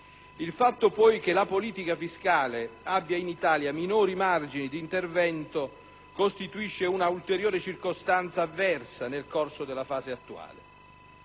Il fatto poi che la politica fiscale abbia in Italia minori margini di intervento costituisce un'ulteriore circostanza avversa nel corso della fase attuale.